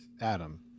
Adam